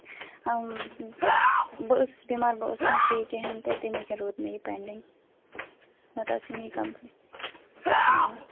بہٕ ٲسٕس بیٚمار بہٕ ٲسٕس نہَ ٹھیٖک کِہیٖنٛۍ تہِ تمی کِنۍ روٗد مےٚ یہِ پیٚنٛڈِنٛگ نَتہٕ آسہِ ہے مےٚ یہِ کَمپٕلیٹ ہاں